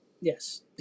Yes